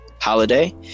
holiday